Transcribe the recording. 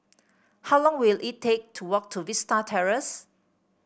how long will it take to walk to Vista Terrace